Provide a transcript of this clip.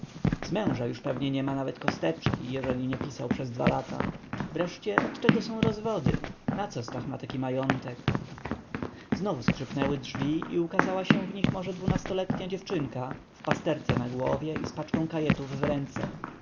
z męża już pewnie niema nawet kosteczki jeżeli nie pisał przez dwa lata wreszcie od czego są rozwody naco stach ma taki majątek znowu skrzypnęły drzwi i ukazała się w nich może dwunastoletnia dziewczynka w pasterce na głowie i z paczką kajetów w ręce